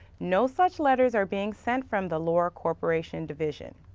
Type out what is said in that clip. no such letters are being sent from the lara corporation division.